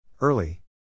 Early